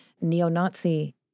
neo-Nazi